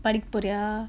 படிக் போறியா:padik poriyaa